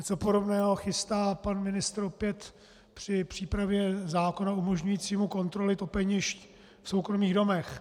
Něco podobného chystá opět pan ministr při přípravě zákona umožňujícího kontroly topenišť v soukromých domech.